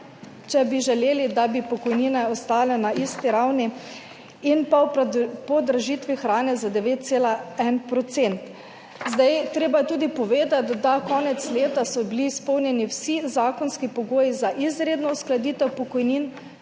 če bi želeli, da bi pokojnine ostale na isti ravni ob podražitvi hrane za 9,1 %. Treba je tudi povedati, da so bili konec leta izpolnjeni vsi zakonski pogoji za izredno uskladitev pokojnin,